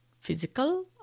physical